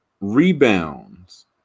Rebounds